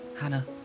Hannah